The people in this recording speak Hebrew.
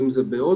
אם זה בהודו,